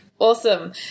awesome